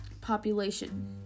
population